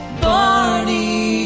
Barney